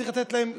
צריך לתת להן שכר,